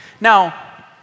Now